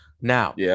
Now